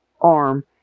arm